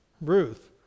Ruth